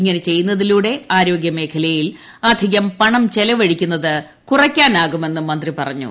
ഇങ്ങനെ ചെയ്യുന്നതിലൂടെ ആരോഗൃ മേഖലയിൽ അധിക്ക് പണം ചെലവഴിക്കുന്നത് കുറയ്ക്കാനാകുമെന്നും മന്ത്രി പറഞ്ഞു